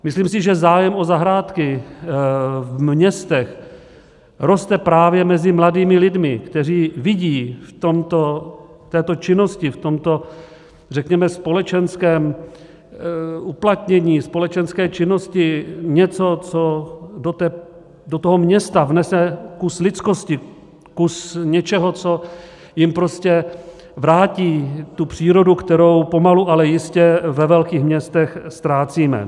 Myslím si, že zájem o zahrádky v městech roste právě mezi mladými lidmi, kteří vidí v této činnosti, v tomto řekněme společenském uplatnění, společenské činnosti něco, co do města vnese kus lidskosti, kus něčeho, co jim vrátí přírodu, kterou pomalu, ale jistě ve velkých městech ztrácíme.